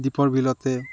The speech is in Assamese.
দীপৰ বিলতে